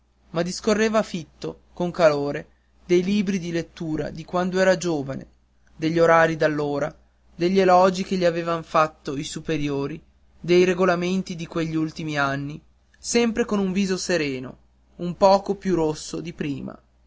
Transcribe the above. denti ma discorreva fitto con calore dei libri di lettura di quando era giovane degli orari d'allora degli elogi che gli avevan fatto i superiori dei regolamenti di quest'ultimi anni sempre con quel viso sereno un poco più rosso di prima